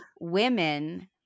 Women